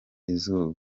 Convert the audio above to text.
izuba